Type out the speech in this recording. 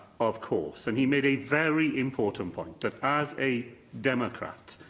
of course, and he made a very important point, that, as a democrat,